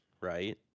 right